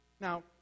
Now